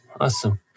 awesome